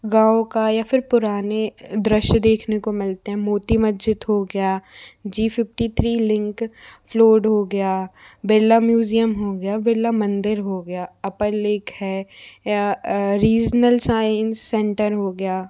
गाँव का या फिर पुराने दृश्य देखने को मिलते हैं मोती मज्जिद हो गया जी फिप्टी थ्री लिंक फ्लोर हो गया बिरला म्यूज़ियम हो गया बिरला मंदिर हो गया अपर लेक है या रीज़नल शाइन सेंटर हो गया